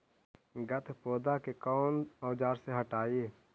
गत्पोदा के कौन औजार से हटायी?